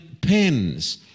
pens